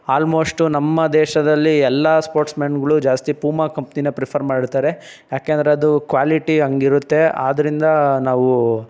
almost ನಮ್ಮ ದೇಶದಲ್ಲಿ ಎಲ್ಲ ಸ್ಪೋರ್ಟ್ಮೆನ್ಗಳು ಜಾಸ್ತಿ ಪೂಮಾ ಕಂಪ್ನಿನ ಪ್ರಿಫರ್ ಮಾಡಿರ್ತಾರೆ ಯಾಕಂದರೆ ಅದು ಕ್ವಾಲಿಟಿ ಹಂಗಿರುತ್ತೆ ಆದ್ದರಿಂದ ನಾವು